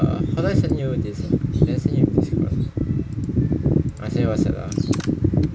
err how do I send you this did I send you discord I send Whatsapp ah